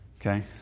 Okay